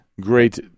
great